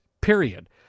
period